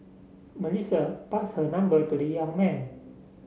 Melissa pass her number to the young man